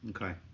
Okay